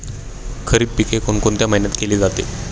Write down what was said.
खरीप पिके कोणत्या महिन्यात केली जाते?